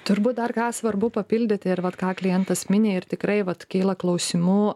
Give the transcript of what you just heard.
turbūt dar ką svarbu papildyti ir vat ką klientas mini ir tikrai vat kyla klausimų